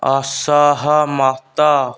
ଅସହମତ